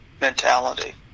mentality